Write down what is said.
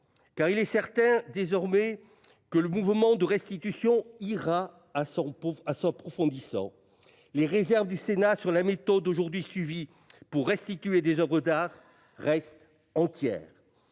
car il est certain désormais que le mouvement de restitution ira à son profondissant. Les réserves du Sénat sur la méthode aujourd'hui suivie pour restituer des oeuvres d'art restent entières,